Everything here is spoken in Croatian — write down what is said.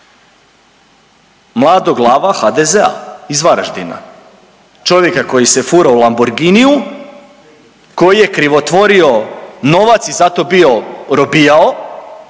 mladog lava HDZ-a iz Varaždina, čovjeka koji se furao u Lamborghiniju, koji je krivotvorio novac i zato bio robijao,